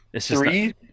Three